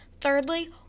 Thirdly